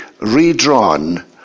redrawn